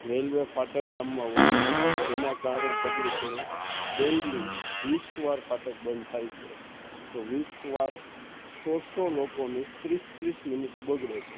railway ફાટક ગામમાં હોય જેના કારણે પબ્લિકનો ડેઈલિ વીસ વાર ફાટક બંધ થાય છે તો વીસ વાર સો સો લોકોની ત્રીસ ત્રીસ મિનિટ બગડે છે